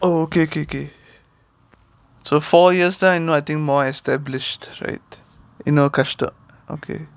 oh okay okay so four years you know I think more established right okay